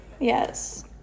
yes